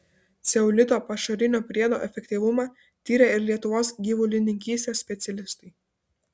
ceolito pašarinio priedo efektyvumą tyrė ir lietuvos gyvulininkystės specialistai